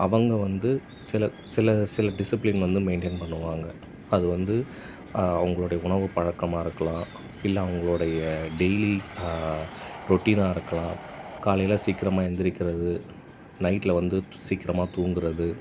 அவங்கள் வந்து சில சில சில டிசிப்ளின் வந்து மெயின்டைன் பண்ணுவாங்க அது வந்து அவங்களுடைய உணவு பழக்கமாக இருக்கலாம் இல்லை அவங்களோடய டெயிலி ரொட்டீன்னாக இருக்கலாம் காலையில் சீக்கிரமாக எழுந்திருக்குறது நைட்டில் வந்து சீக்கிரமாக தூங்குவது